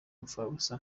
impfabusa